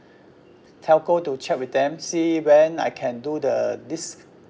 telco to check with them see when I can do the this